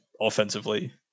offensively